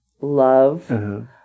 love